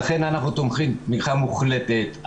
לכן אנחנו תומכים תמיכה מוחלטת.